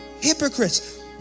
Hypocrites